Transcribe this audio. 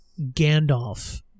Gandalf